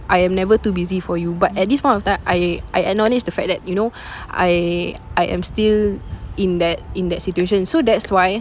I am never too busy for you but at this point of time I I acknowledge the fact that you know I I am still in that in that situation so that's why